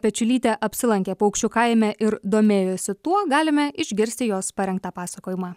pečiulytė apsilankė paukščių kaime ir domėjosi tuo galime išgirsti jos parengtą pasakojimą